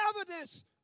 evidence